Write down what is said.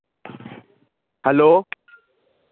hello